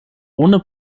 ohne